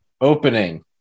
Opening